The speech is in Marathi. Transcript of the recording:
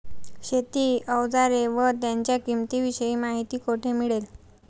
शेती औजारे व त्यांच्या किंमतीविषयी माहिती कोठे मिळेल?